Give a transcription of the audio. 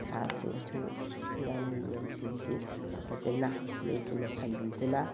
ꯁꯥ ꯁꯤꯡ ꯑꯁꯨ ꯉꯥꯅꯨ ꯌꯦꯟꯁꯤꯡꯁꯤ ꯐꯖꯅ ꯅꯤꯡꯊꯤꯅ ꯊꯝꯕꯤꯗꯨꯅ